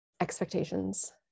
Expectations